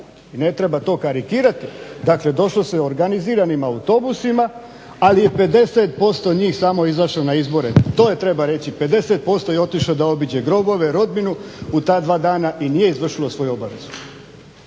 Ne treba to karikirati. Dakle, došlo se organiziranim autobusima, ali je 50% njih samo izašlo na izbore. To treba reći. 50% je otišlo da obiđe grobove, rodbinu u ta dva dana i nije izvršilo svoju obavezu.